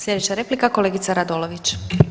Sljedeća replika kolegica Radolović.